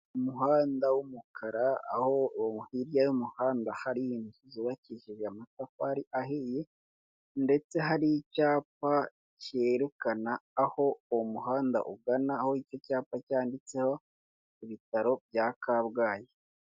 Umuhanda w'umukara, aho hirya y'umuhanda hari inzu zubakishije amatafari ahiye, ndetse hari icyapa cyerekana aho uwo muhanda ugana, aho icyo icyapa cyanditseho ibitaro bya Kabgayi.